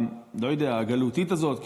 הגלותית הזאת,